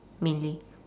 mainly